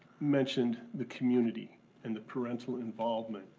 mentioned the community and the parental involvement,